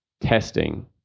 testing